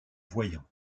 voyant